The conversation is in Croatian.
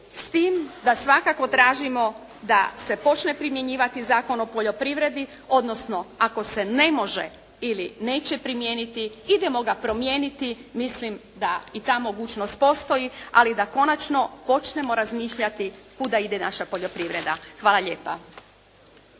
s tim da svakako tražimo da se počne primjenjivati Zakon o poljoprivredi, odnosno ako se ne može ili neće primijeniti idemo ga promijeniti. Mislim da i ta mogućnost postoji, ali da konačno počnemo razmišljati kuda ide naša poljoprivreda. Hvala lijepa.